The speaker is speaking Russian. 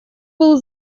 был